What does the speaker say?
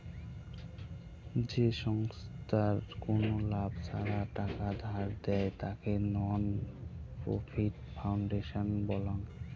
যে ছংস্থার কোনো লাভ ছাড়া টাকা ধার দেয়, তাকে নন প্রফিট ফাউন্ডেশন বলাঙ্গ